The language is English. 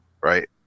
right